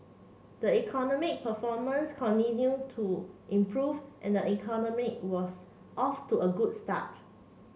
the economic performance continued to improve and the economy was off to a good start